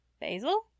Basil